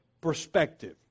perspective